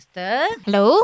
Hello